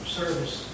service